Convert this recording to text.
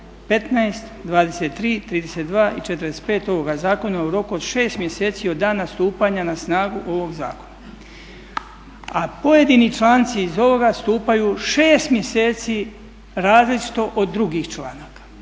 15., 23., 32. i 45. ovoga zakona u roku od 6 mjeseci od dana stupanja na snagu ovog zakona." A pojedini članci iz ovoga stupaju 6 mjeseci različito od drugih članaka.